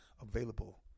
available